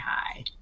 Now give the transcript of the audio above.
hi